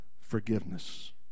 forgiveness